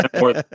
more